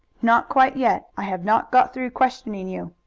not quite yet. i have not got through questioning you.